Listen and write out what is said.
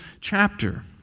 chapter